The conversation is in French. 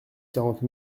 quarante